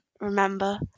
remember